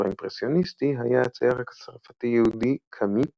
האימפרסיוניסטי היה הצייר הצרפתי-יהודי קאמי פיסארו.